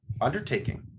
undertaking